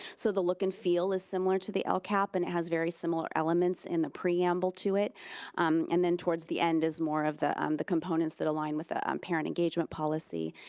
so the look and feel is similar to the lcap and it has very similar elements in the preamble to it and then towards the end is more of the um the components that align with the um parent engagement policy,